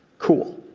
cool.